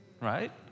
Right